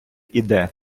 іде